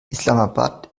islamabad